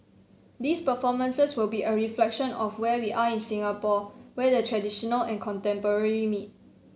these performances will be a reflection of where we are in Singapore where the traditional and contemporary meet